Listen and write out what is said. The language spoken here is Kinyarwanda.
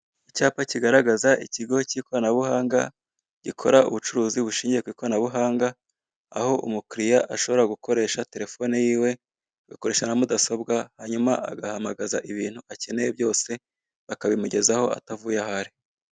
Icyapa kigaragraza ikigo cy'ikoranabuhanga gikora ubucuruzi bushingiye ku ikoranabuhanga aho umukiriya ashobora gukoresha telefone yiwe, agakoresha na mudasobwa hanyuma agahamagaza ibintu akeneye byose bakabimugeza atavuye aho ahari.